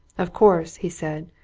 of course! he said,